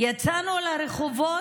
יצאנו לרחובות,